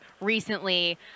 Recently